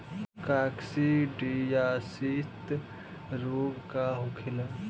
काकसिडियासित रोग का होखेला?